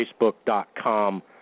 facebook.com